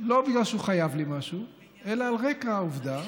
לא בגלל שהוא חייב לי משהו אלא על רקע העובדה